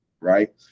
Right